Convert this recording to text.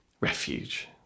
refuge